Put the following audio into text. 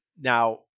Now